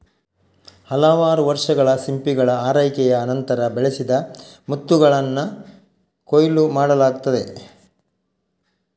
ಹಲವಾರು ವರ್ಷಗಳ ಸಿಂಪಿಗಳ ಆರೈಕೆಯ ನಂತರ, ಬೆಳೆಸಿದ ಮುತ್ತುಗಳನ್ನ ಕೊಯ್ಲು ಮಾಡಲಾಗ್ತದೆ